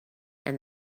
and